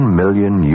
million